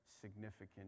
significant